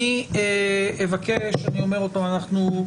אני אומר עוד פעם,